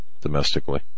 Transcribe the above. domestically